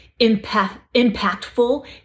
impactful